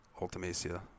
Ultimacia